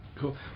Cool